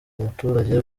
muturage